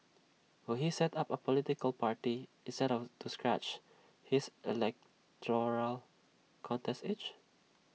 will he set up A political party instead of to scratch his electoral contest itch